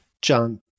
John